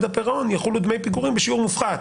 הפירעון יחולו דמי פיגורים בשיעור מופחת.